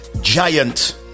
giant